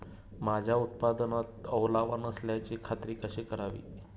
माझ्या उत्पादनात ओलावा नसल्याची खात्री कशी करावी?